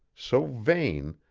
so vain,